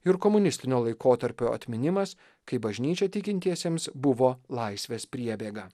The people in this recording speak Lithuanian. ir komunistinio laikotarpio atminimas kai bažnyčia tikintiesiems buvo laisvės priebėga